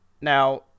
Now